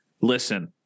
listen